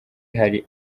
hari